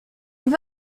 veux